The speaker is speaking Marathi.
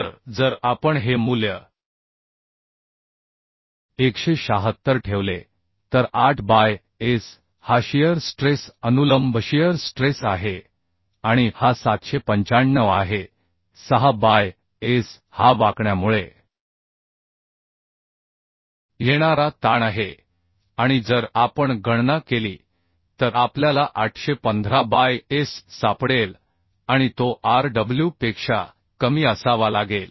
तर जर आपण हे मूल्य 176 ठेवले तर 8 बाय एस हा शियर स्ट्रेस अनुलंब शियर स्ट्रेस आहे आणि हा 795 आहे 6 बाय एस हा बेन्डीगमुळे येणारा स्ट्रेस आहे आणि जर आपण गणना केली तर आपल्याला 815 बाय एस सापडेल आणि तो आर डब्ल्यू पेक्षा कमी असावा लागेल